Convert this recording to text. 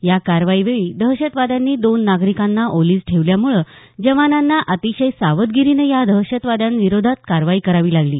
या कारवाई वेळी दहशतवाद्यांनी दोन नागरिकांना ओलिस ठेवल्यामुळं जवानांना अतिशय सावधगिरीनं या दहशतवाद्यांविरोधात कारवाई करावी लागली